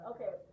Okay